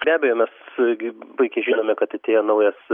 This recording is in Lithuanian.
be abejo mes gi puikiai žinome kad atėjo naujas